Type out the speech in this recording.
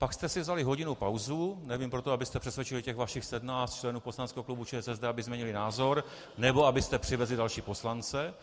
Pak jste si vzali hodinu pauzu, nevím, proto, abyste přesvědčili těch vašich 17 členů poslaneckého klubu ČSSD, aby změnili názor nebo abyste přivezli další poslance.